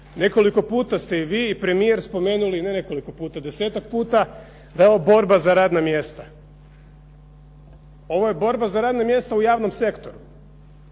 Nekoliko puta ste vi i premijer spomenuli, ne nekoliko puta, desetak puta, da je ovo borba za radna mjesta. Ovo je borba za radna mjesta u javnom sektoru